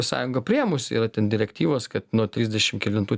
sąjunga priėmusi yra ten direktyvas kad nuo trisdešim kelintų